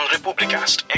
Republicast